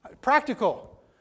Practical